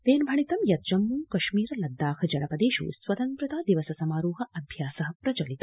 तेन भणितं यत् जम्मू कश्मीर लद्दाख जनपदेष् स्वतंत्रता दिवस समारोह अभ्यास प्रचलित